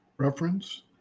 Reference